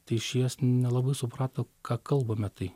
tai išėjęs nelabai suprato ką kalbame tai